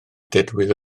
dedwydd